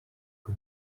que